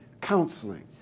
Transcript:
counseling